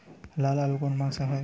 লাল আলু কোন মাসে লাগাব?